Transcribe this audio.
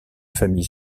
famille